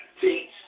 teach